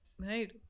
right